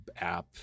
app